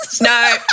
no